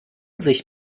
sich